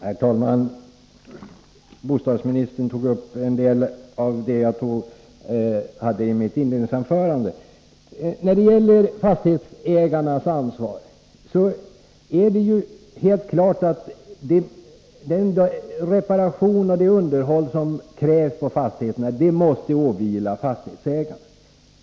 Herr talman! Bostadsministern kommenterade en del av det som jag sade i mitt inledningsanförande. När det gäller fastighetsägarnas ansvar är det helt klart att det måste åvila fastighetsägarna att svara för det reparationsarbete och det underhåll som krävs på fastigheten.